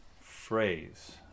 phrase